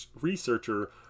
researcher